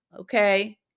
okay